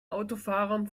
autofahrern